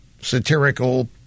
satirical